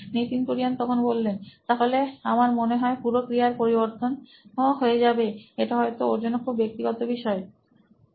Nitin Kurian C O O নোইন electronics তাহলে আমার মনে হয় পুরো ক্রিয়ার পরিবর্ত ন হয়ে যাবে এটা হয়তো ওর জন্য খুব ব্যক্তিগত বিষয় হবে